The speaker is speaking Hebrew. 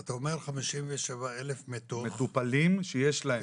אתה אומר 57,000 מתוך כמה?